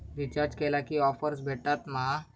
Recharge केला की offers भेटात मा?